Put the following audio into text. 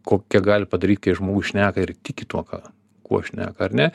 kokią gali padaryt kai žmogus šneka ir tiki tuo ką kuo šneka ar ne